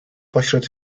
pośród